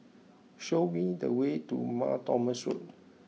show me the way to Mar Thomas Road